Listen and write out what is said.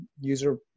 user